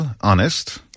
honest